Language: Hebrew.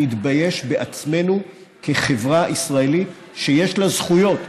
נתבייש בעצמנו כחברה ישראלית שיש לה זכויות.